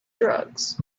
drugs